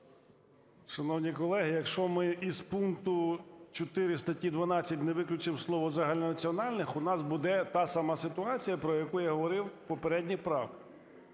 Шановні колеги, якщо ми із пункту 4 статті 12 не виключимо слово "загальнонаціональних", у нас буде та сама ситуація, про яку я говорив у попередній правці.